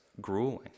grueling